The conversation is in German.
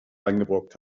eingebrockt